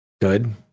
Good